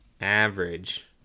average